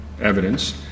evidence